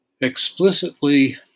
explicitly